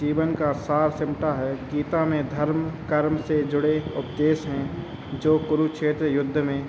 जीवन का सार सिमटा है गीता में धर्म कर्म से जुड़े उपदेश हैं जो कुरुक्षेत्र युद्ध में